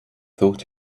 thought